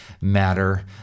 matter